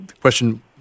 question